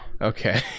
okay